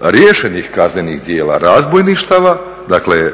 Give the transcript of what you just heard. riješenih kaznenih djela razbojništava dakle